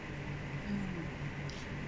mm